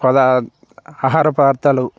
కొత్త ఆహార పదార్ధాలు